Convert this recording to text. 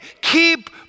keep